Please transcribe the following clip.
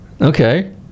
Okay